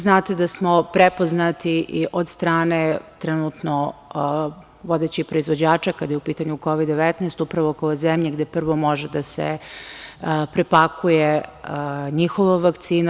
Znate da smo prepoznati i od strane trenutno vodećih proizvođača kada je u pitanju Kovid-19 upravo kao zemlja gde prvo može da se prepakuje njihova vakcina.